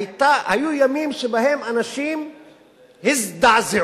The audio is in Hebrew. היו ימים שבהם אנשים הזדעזעו.